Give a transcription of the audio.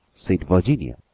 said virginia,